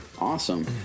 Awesome